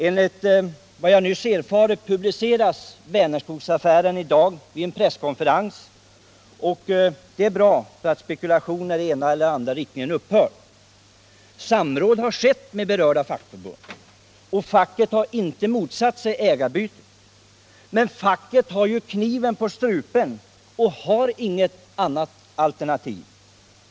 Enligt vad jag nyss erfarit blir uppgifterna om Vänerskogsaffären offentliga i dag vid en presskonferens. Det är bra, så att spekulationer i ena eller andra riktningen upphör. Samråd har skett med berörda fackförbund, och facket har inte motsatt sig det här ägarbytet. Men facket har ju kniven på strupen och har inget alternativ.